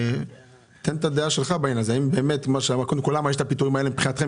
תאמר למה קורים הפיטורים האלה, מבחינתכם